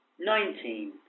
Nineteen